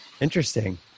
Interesting